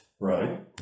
Right